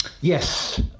yes